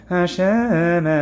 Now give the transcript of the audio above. Hashem